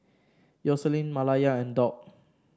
Yoselin Malaya and Doug